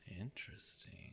Interesting